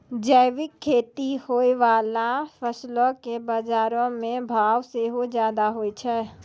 जैविक खेती से होय बाला फसलो के बजारो मे भाव सेहो ज्यादा होय छै